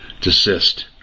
desist